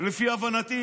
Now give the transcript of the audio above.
לפי הבנתי,